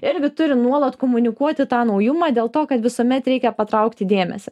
irgi turi nuolat komunikuoti tą naujumą dėl to kad visuomet reikia patraukti dėmesį